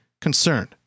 concerned